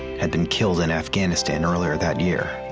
had been killed in afghanistan earlier that year.